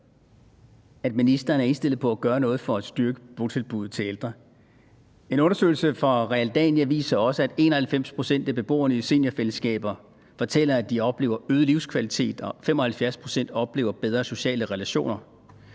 at ministeren er indstillet på at gøre noget for at styrke botilbuddet til ældre. En undersøgelse fra Realdania viser også, at 91 pct. af beboerne i seniorbofællesskaber fortæller, at de oplever øget livskvalitet, og at 75 pct. oplever bedre sociale relationer.